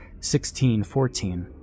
1614